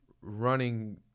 running